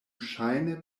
ŝajne